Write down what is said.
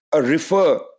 refer